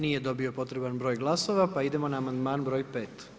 Nije dobio potreban broj glasova, pa idemo na amandman broj 5.